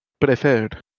preferred